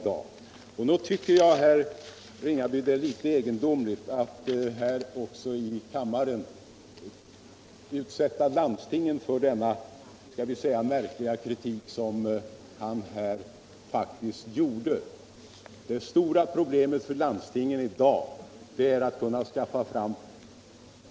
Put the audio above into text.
Nog tycker jag, herr Ringaby, att det är litet egendomligt att här i kammaren utsätta landstingen för denna märkliga kritik, som herr Ringaby riktat mot dem. Det stora problemet för landstingen i dag är att kunna skaffa fram.